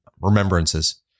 remembrances